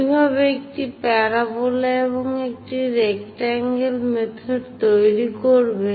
কিভাবে একটি প্যারাবোলা এবং একটি রেকট্যাংগল মেথড তৈরি করবেন